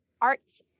Arts